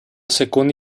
secondo